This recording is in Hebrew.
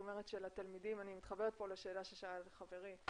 אני מתחברת פה לשאלה ששאל חברי,